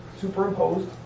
superimposed